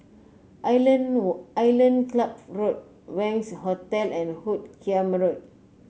Island Island Club Road Wangz Hotel and Hoot Kiam Road